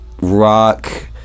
rock